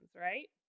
right